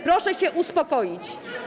Proszę się uspokoić.